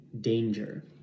danger